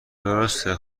درسته